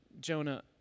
Jonah